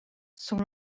sont